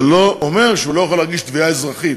זה לא אומר שהוא לא יכול להגיש תביעה אזרחית,